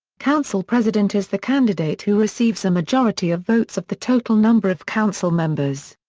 council president is the candidate who receives a majority of votes of the total number of council members.